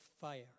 fire